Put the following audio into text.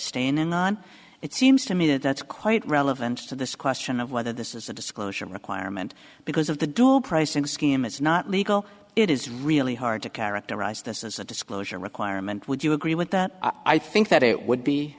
abstaining on it seems to me that that's quite relevant to this question of whether this is a disclosure requirement because of the dual pricing scheme it's not legal it is really hard to characterize this as a disclosure requirement would you agree with that i think that it would